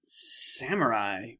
Samurai